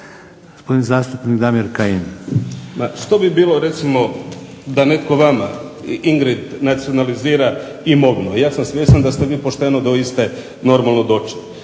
Kajin. **Kajin, Damir (IDS)** Ma što bi bilo recimo da netko vama Ingrid nacionalizira imovinu. Ja sam svjestan da ste vi pošteno do iste normalno došli.